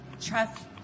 trust